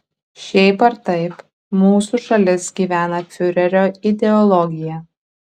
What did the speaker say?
šiaip ar taip mūsų šalis gyvena fiurerio ideologija